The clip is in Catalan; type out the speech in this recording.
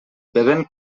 bevent